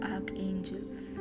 Archangels